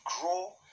grow